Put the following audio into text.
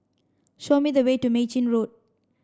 show me the way to Mei Chin Road